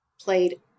played